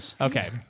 okay